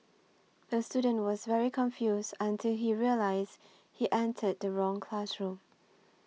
the student was very confused until he realised he entered the wrong classroom